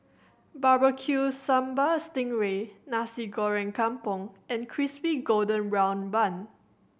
Barbecue Sambal sting ray Nasi Goreng Kampung and Crispy Golden Brown Bun